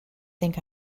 think